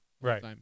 Right